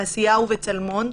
כן.